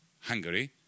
Hungary